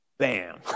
bam